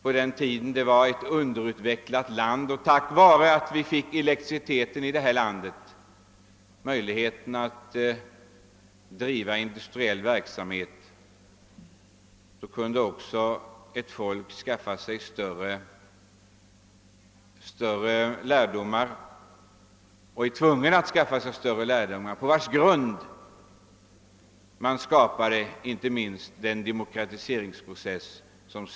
Tack vare att vi fick elektricitet när vårt land var underutvecklat och därigenom möjlighet skapades för industriell verksamhet kunde också vårt folk skaffa sig större lärdomar — och måste skaffa sig sådana — vilket utgjorde en förutsättning för vår demokratiserings Process.